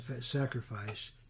sacrifice